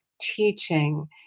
teaching